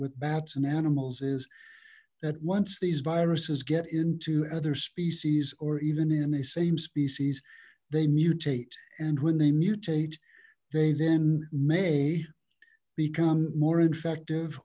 with bats and animals is that once these viruses get into other species or even in a same species they mutate and when they mutate they then may become more effective